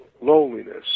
loneliness